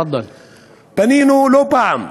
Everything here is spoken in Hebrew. פנינו לא פעם,